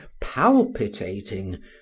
palpitating